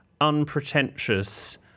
unpretentious